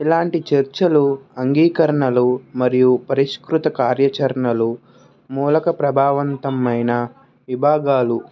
ఇలాంటి చర్చలు అంగీకరణలు మరియు పరీష్కృత కార్యచరణలు మూలక ప్రభావంతమైన విభాగాలు